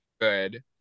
good